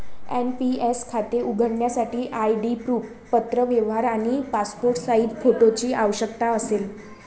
NPS खाते उघडण्यासाठी ID proof, पत्रव्यवहार आणि पासपोर्ट साइज फोटोची आवश्यकता असेल